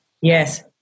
Yes